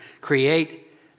create